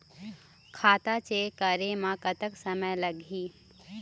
खाता चेक करे म कतक समय लगही?